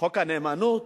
חוק הנאמנות,